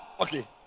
okay